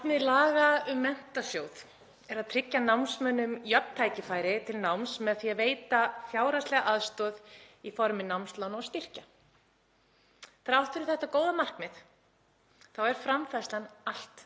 Markmið laga um Menntasjóð námsmanna er að tryggja námsmönnum jöfn tækifæri til náms með því að veita fjárhagslega aðstoð í formi námslána og styrkja. Þrátt fyrir þetta góða markmið er framfærslan allt